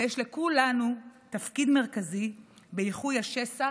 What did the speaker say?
ויש לכולנו תפקיד מרכזי באיחוי השסע